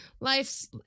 life's